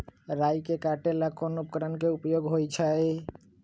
राई के काटे ला कोंन उपकरण के उपयोग होइ छई?